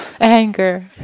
anger